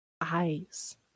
eyes